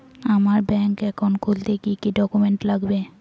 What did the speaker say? আমার bank account খুলতে কি কি ডকুমেন্ট লাগবে?